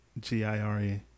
G-I-R-E